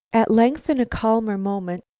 at length, in a calmer moment,